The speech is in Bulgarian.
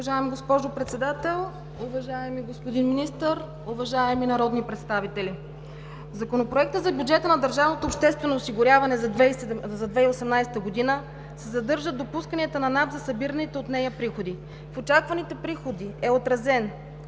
Уважаема госпожо Председател, уважаеми господин Министър, уважаеми народни представители! В Законопроекта за бюджета на държавното обществено осигуряване за 2018 г. се съдържат допусканията на Националната агенция за приходите за събираните от нея приходи. В очакваните приходи е отразено